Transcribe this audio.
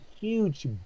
huge